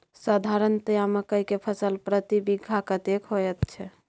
साधारणतया मकई के फसल प्रति बीघा कतेक होयत छै?